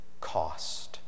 cost